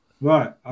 Right